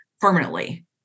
permanently